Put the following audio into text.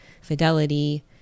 fidelity